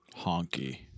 honky